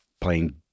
playing